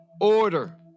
order